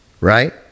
Right